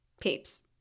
peeps